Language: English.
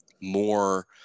more